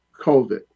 COVID